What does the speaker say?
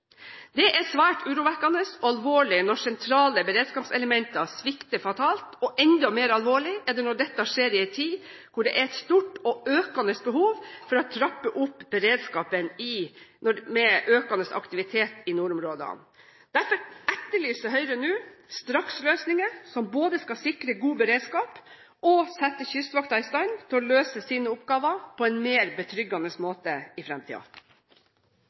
Det er svært urovekkende og alvorlig når sentrale beredskapselementer svikter fatalt, og enda mer alvorlig er det når dette skjer i en tid hvor det er et stort og økende behov for å trappe opp beredskapen, med økende aktivitet i nordområdene. Derfor etterlyser Høyre nå straksløsninger som både skal sikre god beredskap og sette Kystvakten i stand til å løse sine oppgaver på en mer betryggende måte i